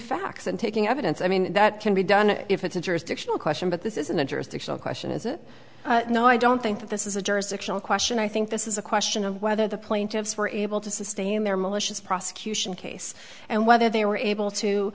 facts and taking evidence i mean that can be done if it's a jurisdictional question but this is an interesting question is it no i don't think this is a jurisdictional question i think this is a question of whether the plaintiffs were able to sustain their malicious prosecution case and whether they were able to